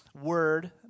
word